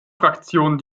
fraktion